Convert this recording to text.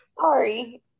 sorry